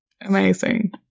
Amazing